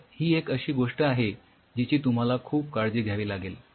तर ही एक अशी गोष्ट आहे जिची तुम्हाला खूप काळजी घ्यावि लागेल